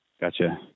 Gotcha